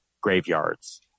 graveyards